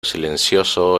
silencioso